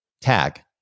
tag